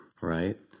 right